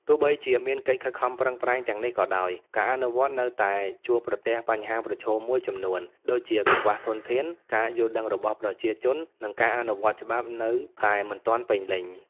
ទោះបីជាមានកិច្ចខិតខំប្រឹងប្រែងទាំងនេះក៏ដោយ ការអនុវត្តនៅតែជួបប្រទះបញ្ហាប្រឈមមួយចំនួន ដូចជាកង្វះធនធាន ការយល់ដឹងរបស់ប្រជាជន និងការអនុវត្តច្បាប់នៅតែមិនទាន់ពេញលេញ ។